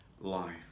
life